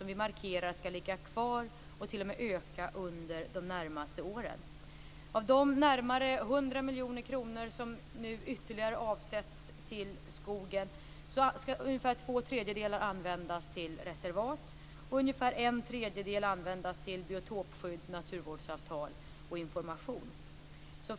Vi markerar att den skall ligga kvar och t.o.m. öka under de närmaste åren. Av de närmare 100 miljoner kronor som nu ytterligare avsätts till skogen skall ungefär två tredjedelar användas till reservat och ungefär en tredjedel till biotopskydd, naturvårdsavtal och information.